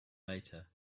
later